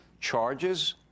charges